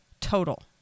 total